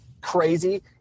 crazy